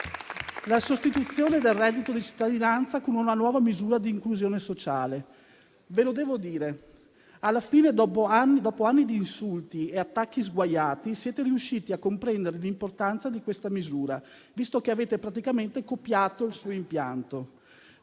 la sostituzione del reddito di cittadinanza con una nuova misura di inclusione sociale. Ve lo devo dire: alla fine, dopo anni di insulti e attacchi sguaiati, siete riusciti a comprendere l'importanza di questa misura, visto che avete praticamente copiato il suo impianto,